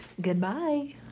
Goodbye